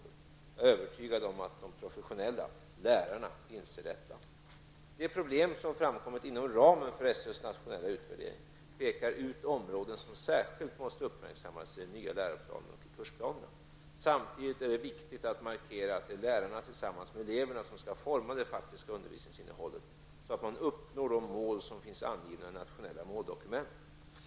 Jag är övertygad om att de professionella -- lärarna -- inser detta. De problem som framkommit inom ramen för SÖs nationella utvärdering pekar ut områden som särskilt måste uppmärksammas i den nya läroplanen och i kursplanerna. Samtidigt är det viktigt att markera att det är lärarna tillsammans med eleverna som ska forma det faktiska undervisningsinnehållet så att man uppnår de mål som finns angivna i nationella måldokument.